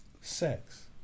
sex